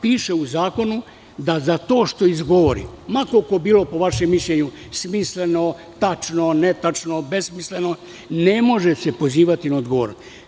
Piše u zakonu da za to što izgovori, ma koliko bilo po vašem mišljenju smisleno, tačno, netačno, besmisleno, ne može se pozivati na odgovornost.